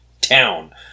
town